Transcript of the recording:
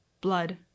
Blood